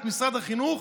את משרד החינוך,